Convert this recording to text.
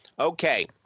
Okay